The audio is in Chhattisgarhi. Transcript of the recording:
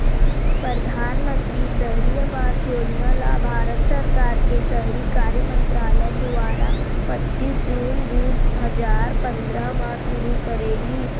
परधानमंतरी सहरी आवास योजना ल भारत सरकार के सहरी कार्य मंतरालय दुवारा पच्चीस जून दू हजार पंद्रह म सुरू करे गिस